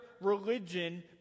religion